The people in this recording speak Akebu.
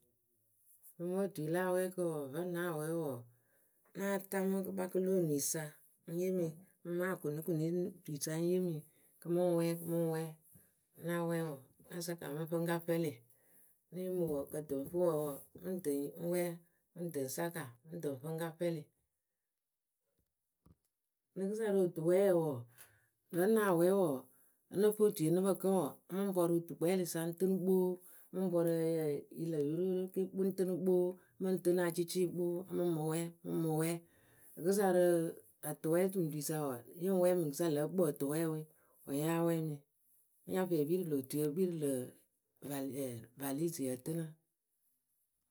Rɨ mo otui la awɛɛkǝ vǝ́ ŋ́ nah wɛ́ɛ wɔɔ, náa ta mɨ kɨkpakǝ lo onui sa ŋ́ yeemi mɨ ma akʊnɩkʊnɩ nu tui sa ŋ́ yeemi kɨ mɨ ŋ wɛ́ɛ mɨ ŋ wɛ́ɛ, ŋ́ na wɛ́ɛ wɔɔ na saka mɨ ŋ fɨ ŋ́ ka fɛlɩ Ne yeemɨ pǝ tɨ ŋ́ fɨ wǝǝ wɔɔmɨ ŋ tɨ ŋ́ wɛ́ɛ mɨ ŋ tɨ ŋ́ saka mɨ ŋ tɨ ŋ́ fɨ ŋ́ ka fɛlɩ.,. Rɨkɨsa rɨ otuwɛɛ wɔɔ, mɨŋ nah wɛ́ɛ wɔɔ, nǝ fɨ oyui we nǝ pǝ kǝ́ŋ wɔɔ, mɨ ŋ pɔrʊ tukpɛɛlɩ sa ŋ́ tɨnɨ kpoo mɨ ŋ pɔrʊ ǝyǝǝ yɨ lǝ yoroyoro ke mɨ ŋ tɨnɨ kpoo mɨ ŋ tɨnɨ acɩcɩɩ kpoo, mɨ ŋ mɨ wɛ́ɛ mɨ ŋ mɨ wɛ́ɛ. rɨkɨsa rɨ atʊwɛɛtuŋtuŋyǝ sa wɔɔ yɨ ŋ wɛ́ɛ mɨŋkɨsa, lǝ̌ kpǝǝtʊwɛɛ we wǝ́ yáa wɛ́ɛ mɨ nya fɛɛ piri lö tuyǝ kpii rɨ lǝ̈ valɨ ɛɛ valisɨyǝ ǝtɨnɨ.